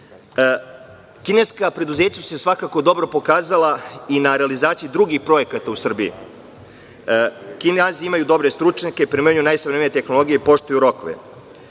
70%.Kineska preduzeća su se svakako dobro pokazala i na realizaciji drugih projekata u Srbiji. Kinezi imaju dobre stručnjake, primenjuju najsavremenije tehnologije, poštuju rokove,